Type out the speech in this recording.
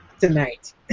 tonight